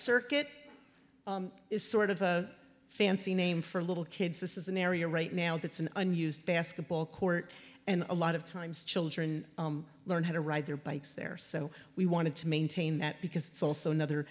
circuit is sort of a fancy name for little kids this is an area right now that's an unused basketball court and a lot of times children learn how to ride their bikes there so we wanted to maintain that because it's also another